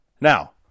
Now